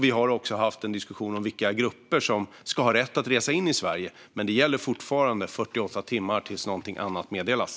Vi har även haft en diskussion om vilka grupper som ska ha rätt att resa in i Sverige. Men 48 timmar gäller fortfarande tills någonting annat meddelas.